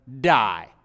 die